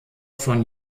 von